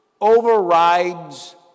overrides